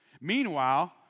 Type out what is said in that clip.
Meanwhile